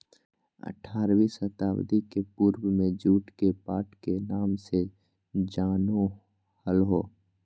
आठारहवीं शताब्दी के पूर्व में जुट के पाट के नाम से जानो हल्हो